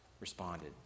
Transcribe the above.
responded